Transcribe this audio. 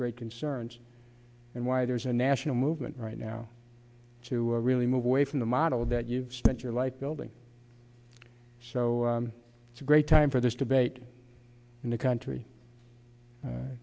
great concerns and why there's a national movement right now to really move away from the model that you've spent your life building so it's a great time for this debate in the country